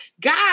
God